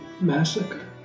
massacre